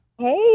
Hey